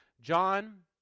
John